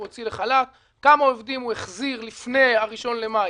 הוציא לחל"ת; כמה עובדים הוא החזיר לפני הראשון במאי,